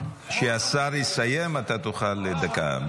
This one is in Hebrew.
כשהשר יסיים אתה תוכל דקה.